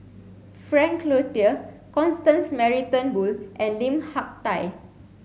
Frank Cloutier Constance Mary Turnbull and Lim Hak Tai